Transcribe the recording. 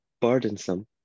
burdensome